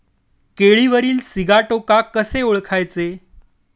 केळीवरील सिगाटोका कसे ओळखायचे?